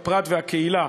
הפרט והקהילה,